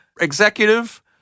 executive